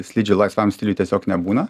slidžių laisvam stiliui tiesiog nebūna